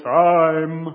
time